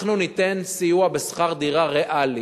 אנחנו ניתן סיוע בשכר דירה ריאלי